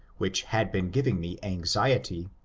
which had been giving me anxiety,